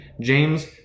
James